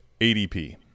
ADP